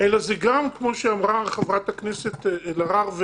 אלא זה גם כמו שאמרה חברת הכנסת אלהרר,